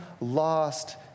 lost